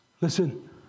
Listen